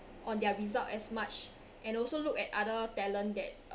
on their result as much and also look at other talent that